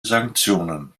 sanktionen